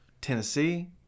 tennessee